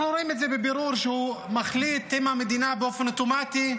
אנחנו רואים את זה בבירור כשהוא מחליט עם המדינה באופן אוטומטי,